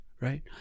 right